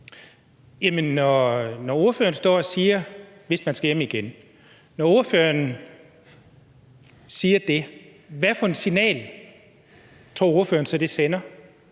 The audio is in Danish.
hvad for et signal tror ordføreren så, det sender?